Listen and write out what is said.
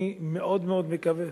אני מאוד מאוד מקווה,